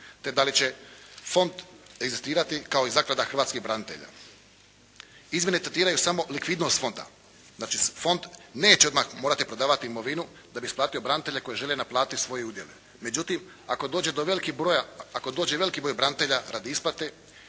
te da li će Fond egzistirati kao i Zaklada hrvatskih branitelja. Izmjene tretiraju samo likvidnost Fonda. Znači, Fond neće odmah morati prodavati imovinu da bi isplatio branitelje koji žele naplatiti svoje udjele. Međutim, ako dođe veliki broj branitelja radi isplate